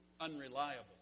unreliable